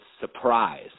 surprise